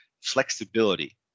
flexibility